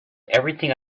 everything